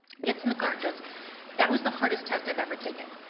gets in the car and says that was the hardest test i've ever taken.